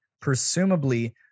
presumably